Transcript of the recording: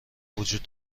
وجود